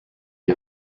die